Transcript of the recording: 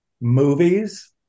movies